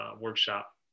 workshop